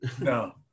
No